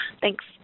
Thanks